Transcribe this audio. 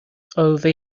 over